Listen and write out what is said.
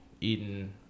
eaten